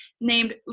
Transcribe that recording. named